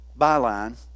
byline